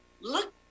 look